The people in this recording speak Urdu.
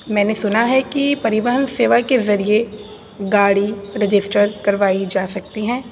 میں نے سنا ہے کہ پریوہن سیوا کے ذریعے گاڑی رجسٹر کروائی جا سکتی ہیں